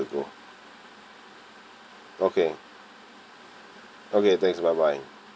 to go okay okay thanks bye bye